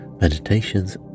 meditations